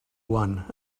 one